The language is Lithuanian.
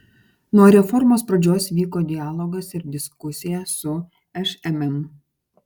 nuo reformos pradžios vyko dialogas ir diskusija su šmm